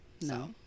No